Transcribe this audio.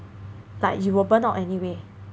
like you will burn out anyway